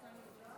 כנסת נכבדה,